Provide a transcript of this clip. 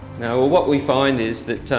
well what we find is that